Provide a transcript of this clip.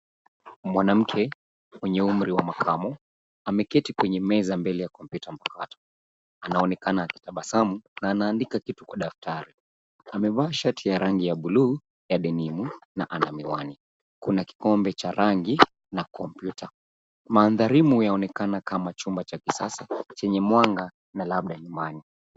Mwanamke mwenye umri wa makamu. Ameketi kwenye meza mbele ya kompyuta mpakato anaonekana akitabasamu na anaandika kitu kwa daftari. Amevaa shati ya rangi ya buluu ya denimu na ana miwani. Kuna kikombe cha rangi na kompyuta. Mandharimu yaonekana kama chumba cha kisasa chenye mwanga na labda nyumbani.